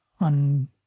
on